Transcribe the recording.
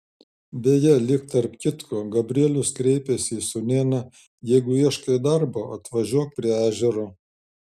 beje lyg tarp kitko gabrielius kreipėsi į sūnėną jeigu ieškai darbo atvažiuok prie ežero